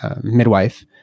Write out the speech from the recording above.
midwife